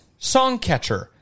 Songcatcher